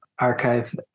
archive